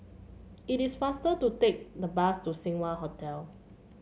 it is faster to take the bus to Seng Wah Hotel